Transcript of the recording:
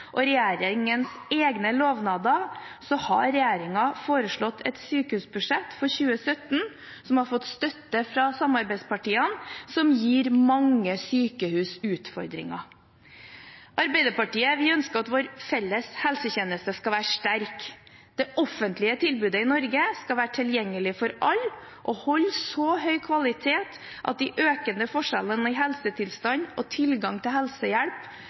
og regjeringens egne lovnader, har regjeringen foreslått et sykehusbudsjett for 2017 – som har fått støtte fra samarbeidspartiene – som gir mange sykehus utfordringer. Arbeiderpartiet ønsker at vår felles helsetjeneste skal være sterk. Det offentlige tilbudet i Norge skal være tilgjengelig for alle og holde så høy kvalitet at de økende forskjellene i helsetilstand og tilgang til helsehjelp